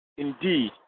indeed